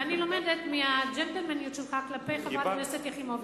ואני לומדת מהג'נטלמניות שלך כלפי חברת הכנסת יחימוביץ,